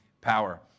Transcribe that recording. power